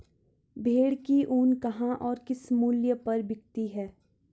भेड़ की ऊन कहाँ और किस मूल्य पर बिकती है?